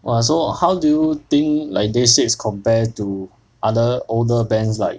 !wah! so how do you think like day six compare to other older bands like